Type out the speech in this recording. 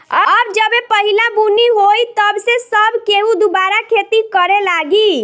अब जबे पहिला बुनी होई तब से सब केहू दुबारा खेती करे लागी